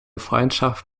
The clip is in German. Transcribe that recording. freundschaft